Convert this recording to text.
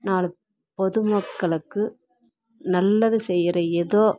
நாலு பொதுமக்களுக்கு நல்லது செய்கிற ஏதோ